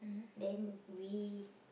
then we